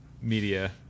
media